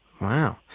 Wow